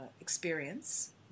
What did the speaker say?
experience